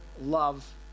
Love